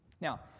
Now